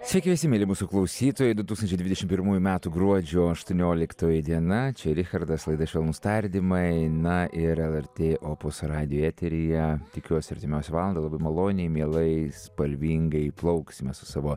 sveiki visi mieli mūsų klausytojai du tūkstančiai dvidešim pirmųjų metų gruodžio aštuonioliktoji diena čia richardas laida švelnūs tardymai na ir lrt opus radijo eteryje tikiuosi artimiausią valandą labai maloniai mielai spalvingai plauksime su savo